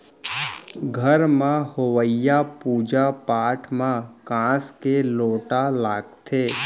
घर म होवइया पूजा पाठ म कांस के लोटा लागथे